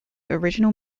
original